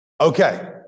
Okay